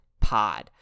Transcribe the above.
Pod